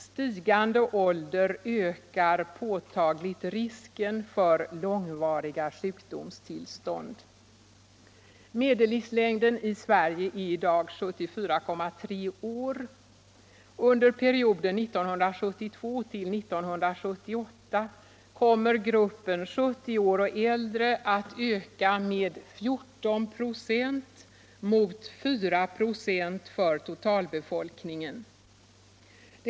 Stigande ålder ökar påtagligt risken för långvariga sjukdomstillstånd. Medellivslängden i Sverige är i dag 74,3 år. Under perioden 1972-1978 kommer gruppen 70 år och äldre att öka med 14 96 mot 4 KB för totalbefolkningen.